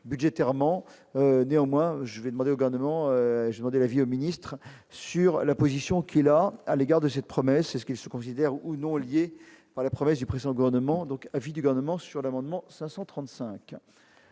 budgétairement, néanmoins je vais demander aux garnements de la avis au ministre sur la position qui est a à l'égard de cette promesse et ceux qui se considèrent ou non lié par la promesse du présent gouvernement, donc avis du garnement sur l'amendement 535.